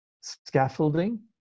scaffolding